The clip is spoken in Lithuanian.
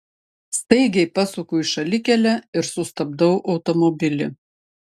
staigiai pasuku į šalikelę ir sustabdau automobilį